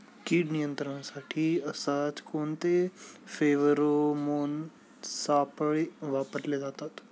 कीड नियंत्रणासाठी उसात कोणते फेरोमोन सापळे वापरले जातात?